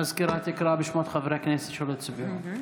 המזכירה תקרא בשמות חברי הכנסת שלא הצביעו.